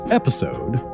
episode